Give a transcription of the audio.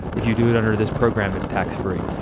if you do it under this program, it's tax free.